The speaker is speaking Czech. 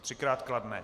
Třikrát kladné.